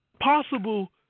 possible